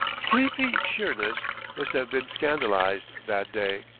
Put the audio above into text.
sleepy sheerness must have been scandalized, that day,